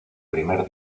primer